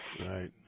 right